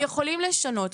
הם יכולים לשנות.